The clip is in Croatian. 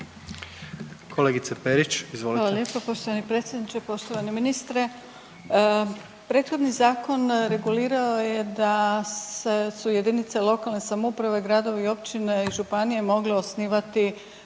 Kolegica Perić, izvolite.